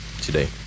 today